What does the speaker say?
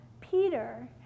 Peter